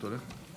תודה רבה,